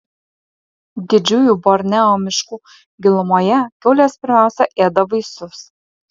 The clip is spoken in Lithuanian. didžiųjų borneo miškų gilumoje kiaulės pirmiausia ėda vaisius